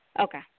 Okay